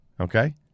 Okay